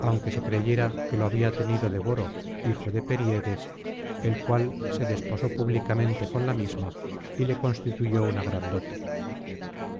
aunque se creyera que lo había tenido de boro hijo de perieres el cual se desposó públicamente con la misma y le constituyó una gran dote